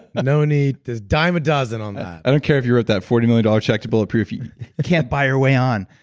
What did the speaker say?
no need. there's dime a dozen on that i don't care if you wrote that forty million dollars check to bulletproof, you can't buy your way on.